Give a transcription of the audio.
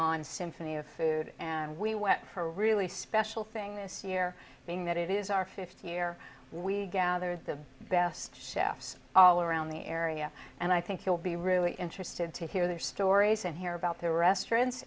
on symphony of food and we went for a really special thing this year being that it is our fifth year we gather the best chefs all around the area and i think you'll be really interested to hear their stories and hear about their restaurants